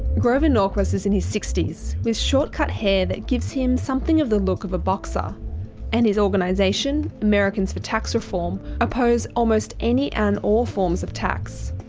grover norquist is in his sixties, with short cut hair that gives him something of the look of a boxer and his organisation americans for tax reform oppose almost any and all forms of tax.